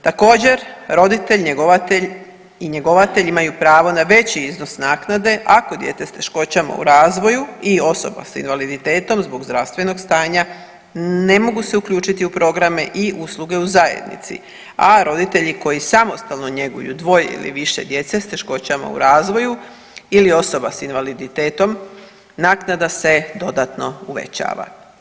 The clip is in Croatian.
Također, roditelj-njegovatelj i njegovatelj imaju pravo na veći iznos naknade ako dijete s teškoćama u razvoju i osoba s invaliditetom zbog zdravstvenog stanja ne mogu se uključiti u programe i usluge u zajednici, a roditelji koji samostalno njeguju dvoje ili više djece s teškoćama u razvoju ili osoba s invaliditetom naknada se dodatno uvećava.